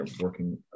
working